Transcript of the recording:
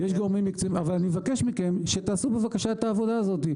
אני מבקש מכם שתעשו את העבודה הזאת.